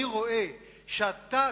כשאני רואה שאתה,